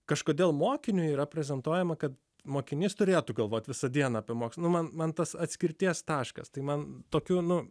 kažkodėl mokiniui reprezentuojama kad mokinys turėtų galvoti visą dieną apie mokslo man mantas atskirties taškas tai man tokiu tonu